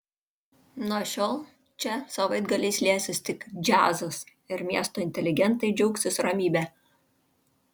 nuo šiol čia savaitgaliais liesis tik džiazas ir miesto inteligentai džiaugsis ramybe